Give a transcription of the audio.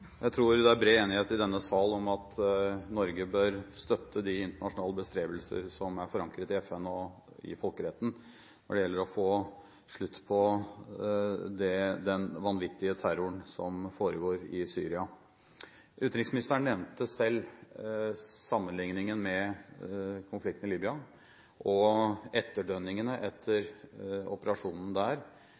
bred enighet i denne sal om at Norge bør støtte de internasjonale bestrebelser som er forankret i FN og i folkeretten når det gjelder å få slutt på den vanvittige terroren som foregår i Syria. Utenriksministeren nevnte selv sammenlikningen med konflikten i Libya og etterdønningene etter operasjonen der